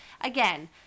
Again